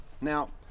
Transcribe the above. Now